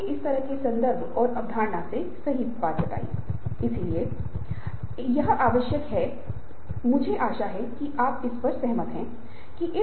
यदि व्यक्ति आईआईटी से स्नातक बनने के लिए लक्ष्य तक पहुंचना चाहता है तो उस स्थिति में उसे स्नातक योग्यता परीक्षा में उत्तीर्ण होना चाहिए मान लें कि वह अर्हता प्राप्त नहीं करता है यदि वह योग्य नहीं है तो उस स्थिति में लक्ष्य का एहसास नहीं होता है